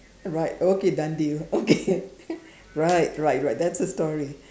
right okay done deal okay right right right that's a story